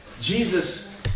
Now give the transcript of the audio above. Jesus